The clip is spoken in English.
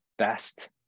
best